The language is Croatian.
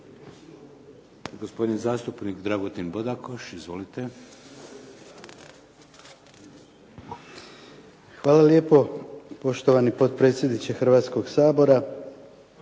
Hvala lijepo poštovani potpredsjedniče Hrvatskog sabora,